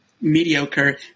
mediocre